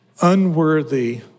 unworthy